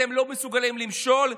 אתם לא מסוגלים למשול,